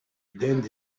denti